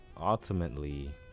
ultimately